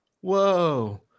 Whoa